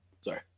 Sorry